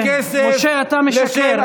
לוקחים כסף לשם, אתה משקר.